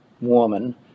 woman